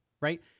Right